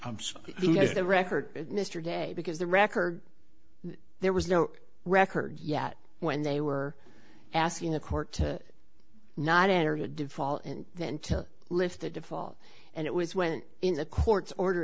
yes the record mr day because the record there was no record yet when they were asking the court to not enter the default and then to lift the default and it was went in the court's order